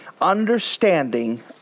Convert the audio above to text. understanding